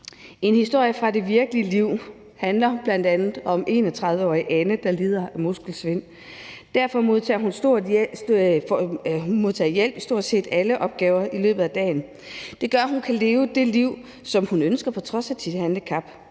En historie fra det virkelige liv handler om 31-årige Anne, der lider af muskelsvind. Derfor modtager hun hjælp til stort set alle opgaver i løbet af dagen. Det gør, at hun kan leve det liv, som hun ønsker, på trods af sit handicap,